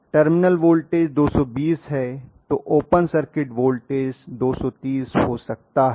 terminal voltage 220 है तो open circuit voltage 230 हो सकता है